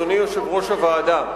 אדוני יושב-ראש הוועדה,